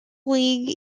league